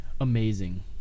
Amazing